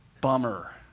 Bummer